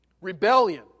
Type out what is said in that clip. Rebellion